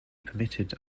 permitted